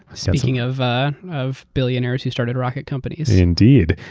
speaking of ah of billionaires who started rocket companies. indeed,